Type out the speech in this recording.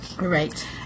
right